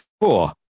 four